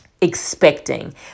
expecting